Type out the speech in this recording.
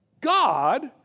God